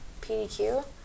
PDQ